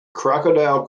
crocodile